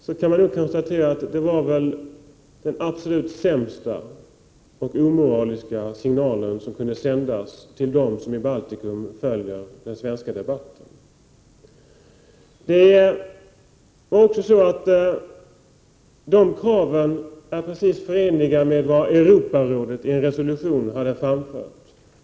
Man kan nu konstatera att det var den sämsta och mest omoraliska signal som kunde sändas till de människor i Baltikum som följer den svenska debatten. Dessa krav är emellertid förenliga med vad Europarådet i en resolution har framfört.